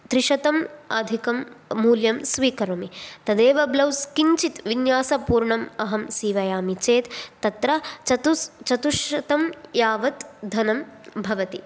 त्रिशतम् अधिकं मूल्यं स्वीकरोमि तदेव ब्लौस् किञ्चित् विन्यासपूर्णम् अहं सीवयामि चेत् तत्र चतुस् चतुश्शतं यावत् धनं भवति